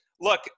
Look